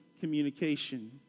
communication